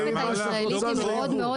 הרפת הישראלית מאוד מאוד יעילה.